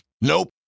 Nope